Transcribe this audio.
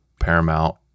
paramount